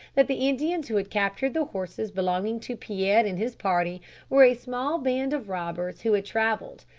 that the indians who had captured the horses belonging to pierre and his party were a small band of robbers who had travelled,